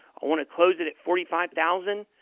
i want to close it at forty five thousand